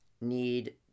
need